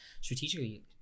strategically